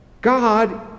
God